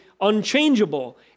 unchangeable